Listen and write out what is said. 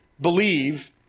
believe